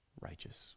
Righteous